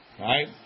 right